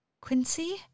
Quincy